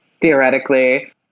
theoretically